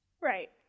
Right